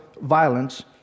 violence